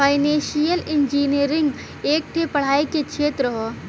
financial engineering एक ठे पढ़ाई के क्षेत्र हौ